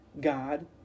God